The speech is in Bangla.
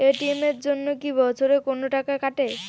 এ.টি.এম এর জন্যে কি বছরে কোনো টাকা কাটে?